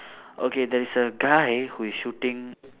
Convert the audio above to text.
okay there is a guy who is shooting